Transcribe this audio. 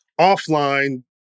offline